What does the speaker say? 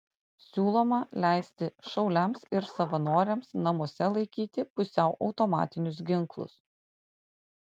siūloma leisti šauliams ir savanoriams namuose laikyti pusiau automatinius ginklus